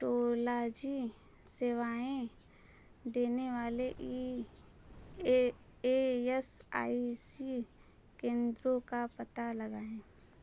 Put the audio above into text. टोलॉजी सेवाएँ देने वाले E A S I C केंद्रों का पता लगाएँ